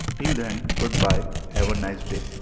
till than good bye! have a nice day!